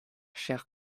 cher